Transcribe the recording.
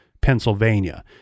Pennsylvania